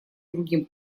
другим